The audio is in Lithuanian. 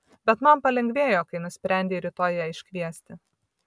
bet man palengvėjo kai nusprendei rytoj ją iškviesti